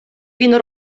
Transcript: він